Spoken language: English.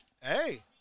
Hey